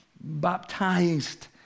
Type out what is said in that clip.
baptized